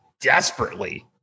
desperately